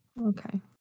Okay